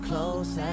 Close